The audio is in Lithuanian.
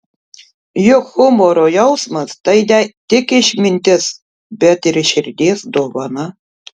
juk humoro jausmas tai ne tik išmintis bet ir širdies dovana